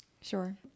sure